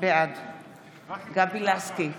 בעד גבי לסקי,